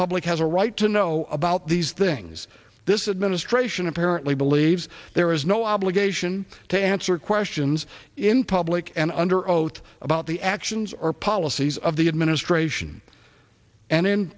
public has a right to know about these things this administration apparently believes there is no obligation to answer questions in public and under oath about the actions or policies of the administration and in